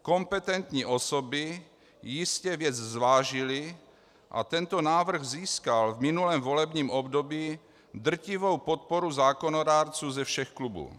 Kompetentní osoby jistě věc zvážily a tento návrh získal v minulém volebním období drtivou podporu zákonodárců ze všech klubů.